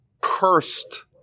cursed